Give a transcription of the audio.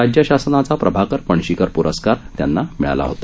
राज्य शासनाचा प्रभाकर पणशीकर प्रस्कार त्यांना मिळाला होता